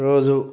రోజు